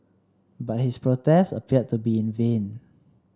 but his protest appeared to be in vain